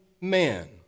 man